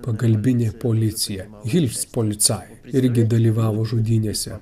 pagalbinė policija hilspolicai irgi dalyvavo žudynėse